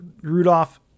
Rudolph